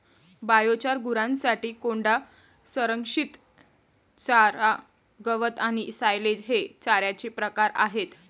biochar, गुरांसाठी कोंडा, संरक्षित चारा, गवत आणि सायलेज हे चाऱ्याचे प्रकार आहेत